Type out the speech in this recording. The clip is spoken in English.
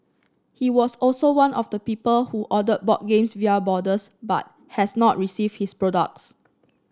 he was also one of the people who ordered board games via boarders but has not received his products